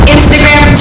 Instagram